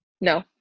No